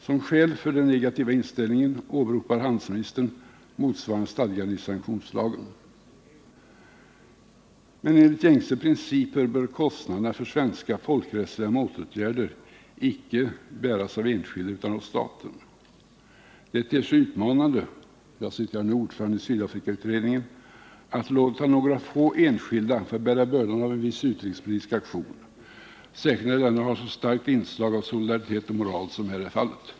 Som skäl för den negativa inställningen åberopar handelsministern motsvarande stadgar i sanktionslagen. Men enligt gängse principer bör kostnaderna för svenska folkrättsliga motåtgärder icke bäras av enskild utan av staten. Det ter sig utmanande — jag återger nu vad ordföranden i 163 Sydafrikautredningen anfört — att låta några få enskilda få bära bördan av en viss utrikespolitisk aktion, särskilt när denna har så starkt inslag av solidaritet och moral som här är fallet.